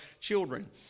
children